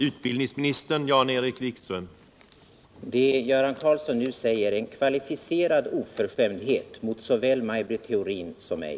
Herr talman! Det Göran Karlsson nu säger är en kvalificerad oförskämdhet mot såväl Maj Britt Theorin som mig.